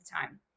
time